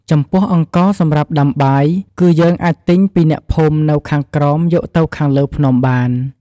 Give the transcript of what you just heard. ចំពោះអង្ករសម្រាប់ដាំបាយ គឺយើងអាចទិញពីអ្នកភូមិនៅខាងក្រោមយកទៅខាងលេីភ្នំបាន។